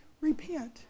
repent